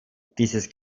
dieses